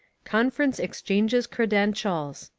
conference exchanges credentials.